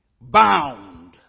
bound